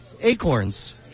acorns